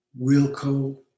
Wilco